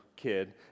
kid